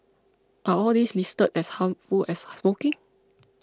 are all these listed as harmful as smoking